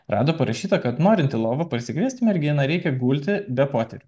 rado parašyta kad norint į lovą pasikviesti merginą reikia gulti be poterių